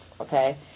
okay